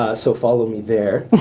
ah so follow me there.